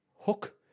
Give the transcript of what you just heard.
hook